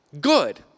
good